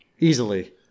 Easily